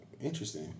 Interesting